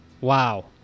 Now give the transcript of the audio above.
wow